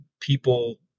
people